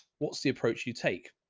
what's the approach you take?